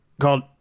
called